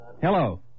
Hello